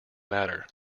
matter